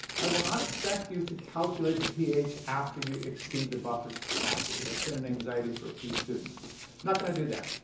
i will not expect you to calculate the ph after you exceed the buffer's capacity. that's been an anxiety for a few students. i'm not going to do that.